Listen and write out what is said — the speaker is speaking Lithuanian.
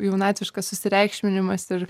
jaunatviškas susireikšminimas ir